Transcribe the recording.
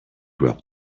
rub